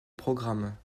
programme